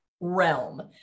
realm